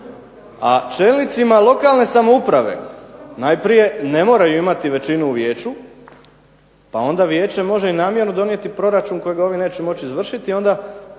a čelnicima lokalne samouprave najprije ne moraju imati većinu u vijeću, pa onda vijeće može i namjerno donijeti proračun kojega ovi neće moći izvršiti, onda